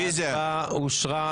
ההצבעה אושרה.